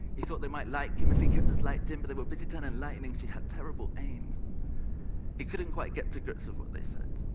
he thought they might like him if he kept his light dim but they were busy telling lightning she had terrible aim, and he couldn't quite get to grips with what they said,